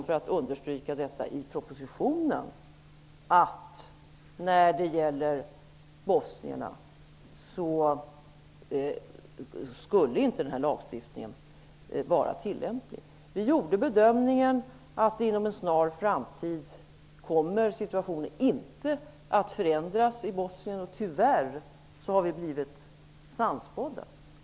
För att understryka detta vill jag säga att det dessutom sägs i propositionen att den här lagstiftningen inte skulle vara tillämplig när det gäller bosnierna. Vi gjorde bedömningen att situationen i Bosnien inom en snar framtid inte skulle komma att ändras. Vi blev tyvärr sannspådda.